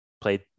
played